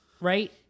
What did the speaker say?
right